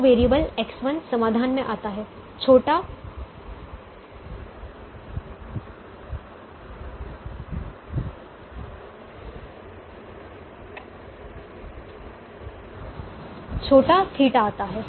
तो variable X1 समाधान में आता है छोटा θ आता है